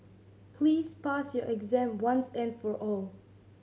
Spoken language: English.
please pass your exam once and for all